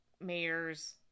mayors